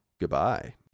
goodbye